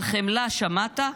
על חמלה שמעת?